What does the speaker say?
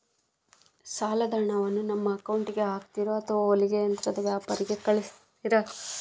ಸಾಲದ ಹಣವನ್ನು ನಮ್ಮ ಅಕೌಂಟಿಗೆ ಹಾಕ್ತಿರೋ ಅಥವಾ ಹೊಲಿಗೆ ಯಂತ್ರದ ವ್ಯಾಪಾರಿಗೆ ಕಳಿಸ್ತಿರಾ?